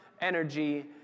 energy